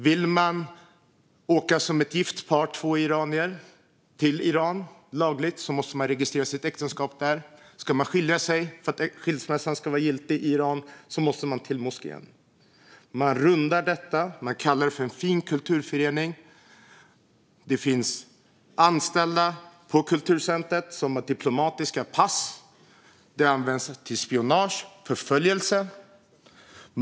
Vill två iranier åka som ett gift par till Iran lagligt måste de registrera sitt äktenskap där. Om de ska skilja sig och skilsmässan ska vara giltig i Iran måste de till moskén. Man rundar detta. Man kallar det för en fin kulturförening. Det finns anställda på kulturcentret som har diplomatiska pass. Det används för spionage och förföljelse.